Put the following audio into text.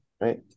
Right